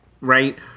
Right